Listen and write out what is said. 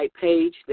page